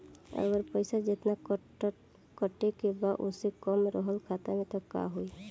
अगर पैसा जेतना कटे के बा ओसे कम रहल खाता मे त का होई?